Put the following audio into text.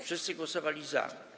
Wszyscy głosowali za.